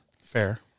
Fair